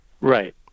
right